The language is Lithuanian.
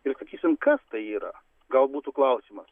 ir sakysim kas tai yra gal būtų klausimas